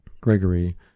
Gregory